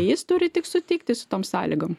jis turi tik sutikti su tom sąlygom